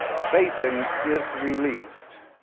satan is released,